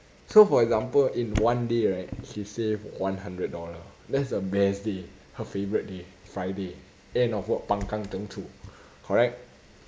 so for example in one day right she save one hundred dollar that's the best day her favorite day friday end of work pang kang deng chu correct